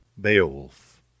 beowulf